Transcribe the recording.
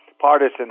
partisan